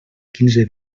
quinze